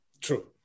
True